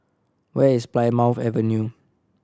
where is Plymouth Avenue